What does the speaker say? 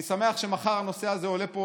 אני שמח שמחר הנושא הזה עולה פה